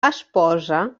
esposa